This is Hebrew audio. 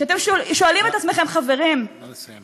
כשאתם שואלים את עצמכם, חברים, נא לסיים.